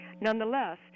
Nonetheless